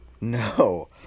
no